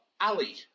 Ali